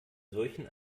solchen